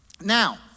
Now